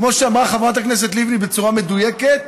כמו שאמרה חברת הכנסת לבני בצורה מדויקת,